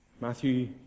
Matthew